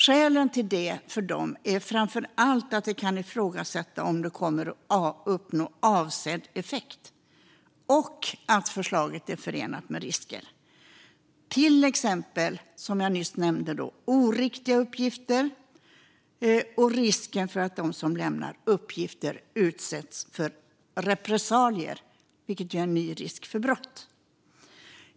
Deras skäl till det är framför allt att det kan ifrågasättas om detta kommer att uppnå avsedd effekt och att förslaget är förenat med risker, till exempel, som jag nyss nämnde, risken för oriktiga uppgifter och risken att de som lämnar uppgifter utsätts för repressalier, vilket ju utgör en ny risk för brott.